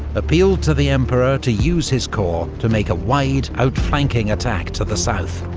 appealed to the emperor to use his corps to make a wide, outflanking attack to the south,